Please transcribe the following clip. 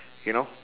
you know